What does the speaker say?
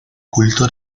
culto